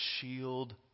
shield